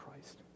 Christ